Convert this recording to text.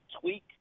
tweak